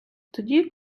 тоді